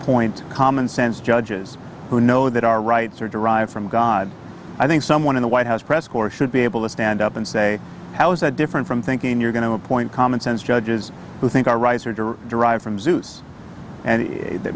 point common sense judges who know that our rights are derived from god i think someone in the white house press corps should be able to stand up and say how is that different from thinking you're going to appoint commonsense judges who think our rights are derived from zeus and th